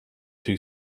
two